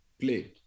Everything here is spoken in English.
play